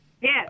Yes